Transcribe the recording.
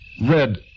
Red